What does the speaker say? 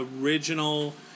original